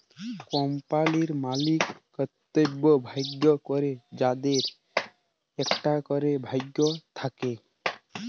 কম্পালির মালিকত্ব ভাগ ক্যরে যাদের একটা ক্যরে ভাগ থাক্যে